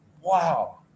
wow